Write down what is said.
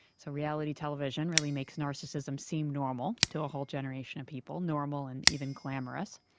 so reality television really makes narcissism seem normal to a whole generation of people, normal and even glamorous.